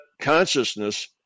consciousness